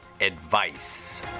Advice